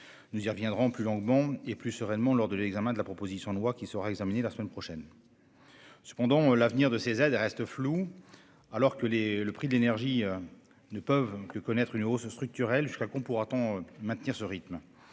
Nous y reviendrons plus longuement et plus sereinement lors de l'examen de la proposition de loi qui sera examinée la semaine prochaine. Cependant, l'avenir de ces aides reste flou, alors que les prix de l'énergie ne peuvent que connaître une hausse structurelle. Jusqu'à quand pourra-t-on tenir ce rythme